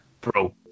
Bro